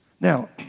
Now